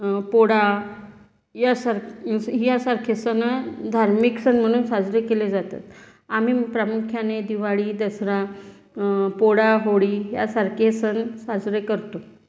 पोला यासारख यासारखे सण धार्मिक सण म्हणून साजरे केले जातात आम्ही प्रामुख्याने दिवाळी दसरा पोळा होळी यासारखे सण साजरे करतो